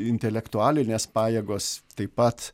intelektualinės pajėgos taip pat